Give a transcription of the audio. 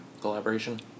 collaboration